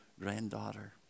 granddaughter